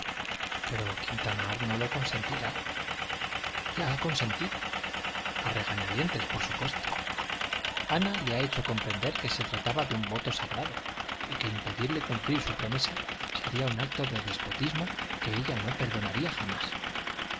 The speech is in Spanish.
pero quintanar no lo consentirá ya ha consentido a regañadientes por supuesto ana le ha hecho comprender que se trataba de un voto sagrado y que impedirle cumplir su promesa sería un acto de despotismo que ella no perdonaría jamás